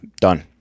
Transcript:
Done